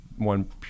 one